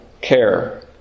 care